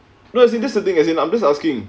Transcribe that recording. no as in that's the thing as in I'm just asking